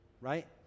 right